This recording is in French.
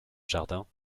jardin